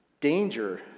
Danger